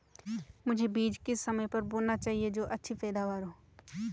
मुझे बीज किस समय पर बोना चाहिए जो अच्छी पैदावार हो?